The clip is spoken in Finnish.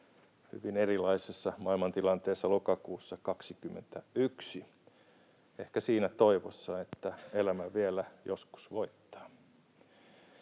hyvin erilaisessa maailmantilanteessa lokakuussa 21 — ehkä siinä toivossa, että elämä vielä joskus voittaa.